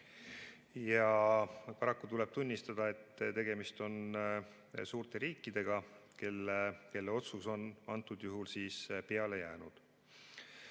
riike. Tuleb tunnistada, et tegemist on suurte riikidega, kelle otsus on antud juhul peale jäänud.